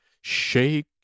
shake